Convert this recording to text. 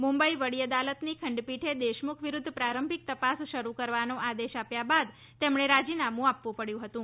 મુંબઇ વડી અદાલતની ખંડપીઠે દેશમુખ વિરૂધ્ધ પ્રારંભિક તપાસ શરૂ કરવાનો આદેશ આવ્યા બાદ તેમણે રાજીનામું આપવું પડ્યું હતું